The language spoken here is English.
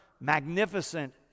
magnificent